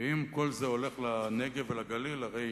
ואם כל זה הולך לנגב ולגליל, הרי